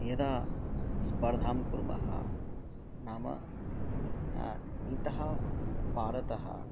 यदा स्पर्धां कुर्मः नाम इतः पारतः